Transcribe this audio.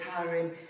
empowering